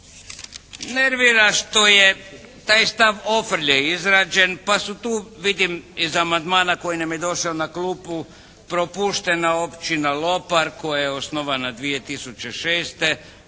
nervira što je predstav ofrlje izrađen, pa su tu vidim iz amandmana koji nam je došao na klupu propuštena općina Lopar koja je osnovana 2006.,